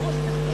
אדוני.